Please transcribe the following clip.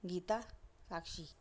Gita Sakshi